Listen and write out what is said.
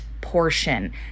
portion